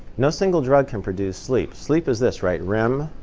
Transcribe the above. no single drug can produce sleep. sleep is this, right? rem,